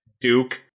Duke